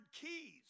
keys